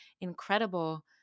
incredible